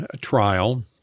trial